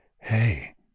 hey